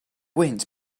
wind